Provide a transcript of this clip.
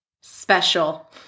special